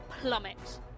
plummet